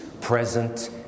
present